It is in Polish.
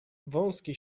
wąski